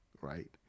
right